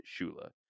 Shula